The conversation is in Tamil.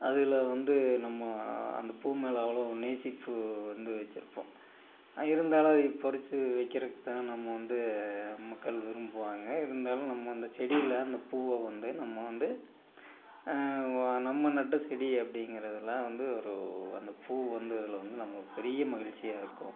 அதில் வந்து நம்ம அந்த பூ மேலே அவ்வளோ நேசிப்பு வந்து வச்சிருப்போம் இருந்தாலும் அதை பறிச்சு வைக்கிறதுக்கு தானே நம்ம வந்து மக்கள் விரும்புவாங்க இருந்தாலும் நம்ம அந்த செடியில் அந்த பூவை வந்து நம்ம வந்து நம்ம நட்ட செடி அப்படிங்கிறதுல வந்து ஒரு அந்த பூ வந்ததில் வந்து நம்மளுக்கு பெரிய மகிழ்ச்சியா இருக்கும்